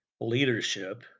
leadership